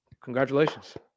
congratulations